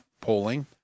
polling